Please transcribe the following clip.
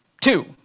two